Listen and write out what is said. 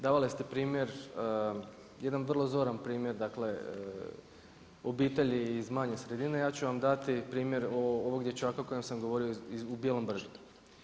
Davali ste primjer, jedan vrlo vrlo zoran primjer dakle obitelji iz manje sredine, ja ću vam dati primjer ovog dječaka o kojem sam govorio u Bijelog brda.